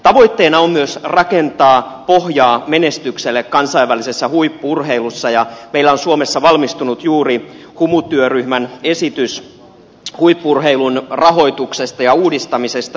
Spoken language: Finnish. tavoitteena on myös rakentaa pohjaa menestykselle kansainvälisessä huippu urheilussa ja meillä on suomessa valmistunut juuri humu työryhmän esitys huippu urheilun rahoituksesta ja uudistamisesta